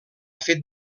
fet